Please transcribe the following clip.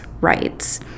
rights